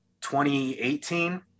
2018